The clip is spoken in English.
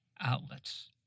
outlets